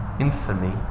infamy